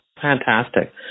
Fantastic